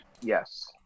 Yes